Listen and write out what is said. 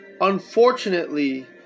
Unfortunately